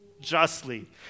justly